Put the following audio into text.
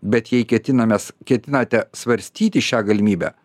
bet jei ketiname ketinate svarstyti šią galimybę